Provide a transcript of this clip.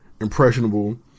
impressionable